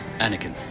Anakin